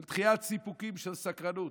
של דחיית סיפוקים של סקרנות.